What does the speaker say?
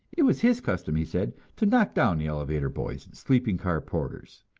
it was his custom, he said, to knock down the elevator boys and sleeping-car porters.